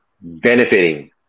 benefiting